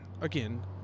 again